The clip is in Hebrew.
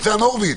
הורוביץ,